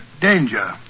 danger